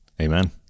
Amen